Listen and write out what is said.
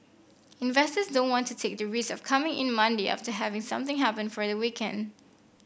investors don't want to take the risk of coming in Monday after having something happen for the weekend